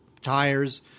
tires